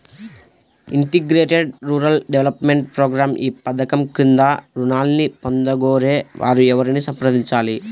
Integrated rural development programme ఈ పధకం క్రింద ఋణాన్ని పొందగోరే వారు ఎవరిని సంప్రదించాలి?